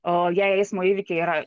o jei eismo įvyky yra